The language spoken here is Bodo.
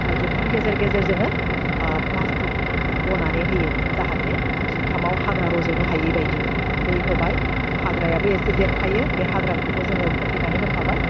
ओह जुखाम गेजेर गेजेर जोङो ओह फ्लास्टिक बनानै होयो जाहाते जुखामाव हाग्रा रज'नो हायै बायदि दै होबाय हाग्रायाबो एसे देरखायो बे हाग्राखौबो जोङो फोथैनानै होखाबाय